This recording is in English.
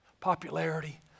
popularity